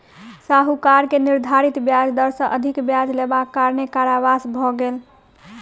साहूकार के निर्धारित ब्याज दर सॅ अधिक ब्याज लेबाक कारणेँ कारावास भ गेल